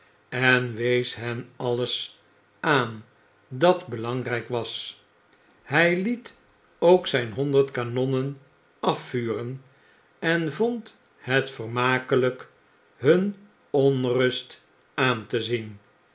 en wees hen alles aan dat belangrijk was hg liet ook zijn honderd kanonnen afvuren en vond het vermakelyk hun onrust aan te zien